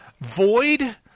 void